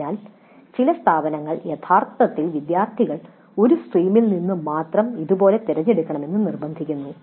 അതിനാൽ ചില സ്ഥാപനങ്ങൾ യഥാർത്ഥത്തിൽ വിദ്യാർത്ഥികൾ ഒരു സ്ട്രീമിൽ നിന്നു മാത്രം ഇതുപോലെ തിരഞ്ഞെടുക്കണമെന്ന് നിർബന്ധിക്കുന്നു